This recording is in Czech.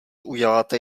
uděláte